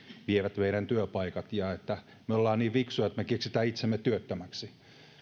vievät meidän työpaikat ja että me olemme niin fiksuja että me keksimme itsemme työttömäksi